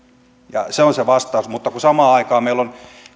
se on se vastaus mutta kun samaan aikaan meillä on